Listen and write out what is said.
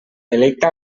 electa